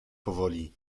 powoli